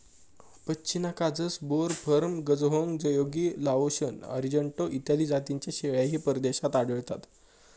पश्मिना काजस, बोर, फर्म, गझहोंग, जयोगी, लाओशन, अरिजेंटो इत्यादी जातींच्या शेळ्याही परदेशात आढळतात